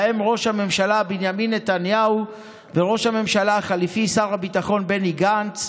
ובהם ראש הממשלה בנימין נתניהו וראש הממשלה החליפי ושר הביטחון בני גנץ,